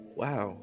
wow